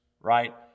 right